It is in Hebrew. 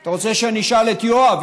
אתה רוצה שאני אשאל את יואב?